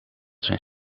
zijn